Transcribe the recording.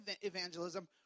evangelism